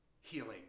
healing